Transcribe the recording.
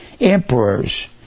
emperors